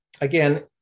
again